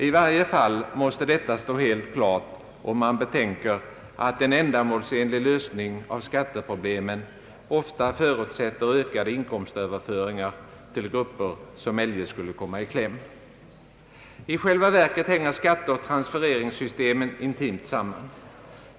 I varje fall måste detta stå helt klart, om man betänker att en ändamålsenlig lösning av skatteproblemen ofta förutsätter ökade inkomstöverföringar till grupper som eljest skulle komma i kläm. I själva verket hänger skatteoch transfereringssystemen intimt samman.